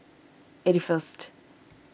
eighty first